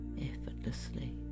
effortlessly